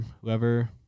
Whoever